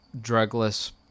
drugless